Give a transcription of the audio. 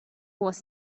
was